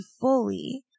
fully